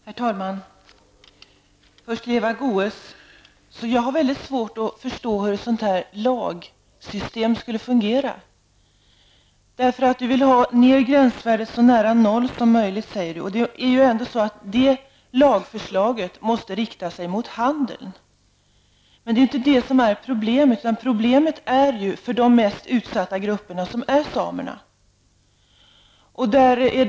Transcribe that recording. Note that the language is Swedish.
Herr talman! Först vill jag till Eva Goe s säga att jag har väldigt svårt att förstå hur ett sådant lagsystem som hon föreslår skulle fungera. Eva Goe s vill sänka gränsvärdet så nära noll som möjligt. Ett sådant lagförslag måste rikta sig mot handeln. Men det är inte det som är problemet, utan problemet är situationen för samerna, som är den mest utsatta gruppen.